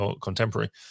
contemporary